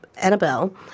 Annabelle